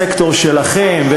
הסקטור שלכם,